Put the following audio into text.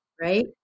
Right